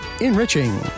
Enriching